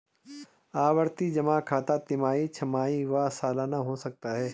आवर्ती जमा खाता तिमाही, छमाही व सलाना हो सकता है